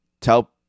tell